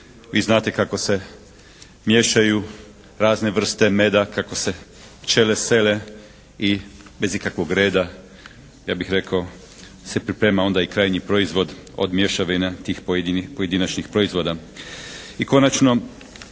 Vi znate kako se miješaju razne vrste meda, kako se pčele sele i bez ikakvog reda ja bih rekao se priprema onda i krajnji proizvod od mješavine tih pojedinih pojedinačnih proizvoda.